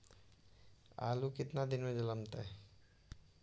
आलू केतना दिन में जलमतइ?